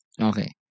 Okay